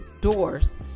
doors